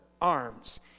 arms